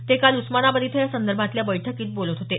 ते काल उस्मानाबाद इथं यासंदर्भातल्या बैठकीत बोलत होते